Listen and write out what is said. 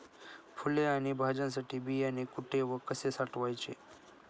फुले आणि भाज्यांसाठी बियाणे कुठे व कसे साठवायचे?